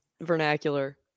vernacular